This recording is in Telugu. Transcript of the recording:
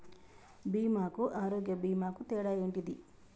బీమా కు ఆరోగ్య బీమా కు తేడా ఏంటిది?